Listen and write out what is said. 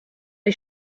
est